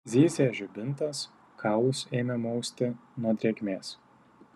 zyzė žibintas kaulus ėmė mausti nuo drėgmės